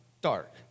dark